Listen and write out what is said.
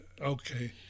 okay